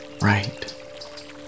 right